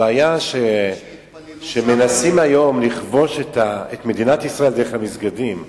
הבעיה היא שמנסים היום לכבוש את מדינת ישראל דרך המסגדים,